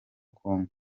congo